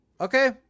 Okay